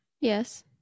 Yes